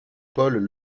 paul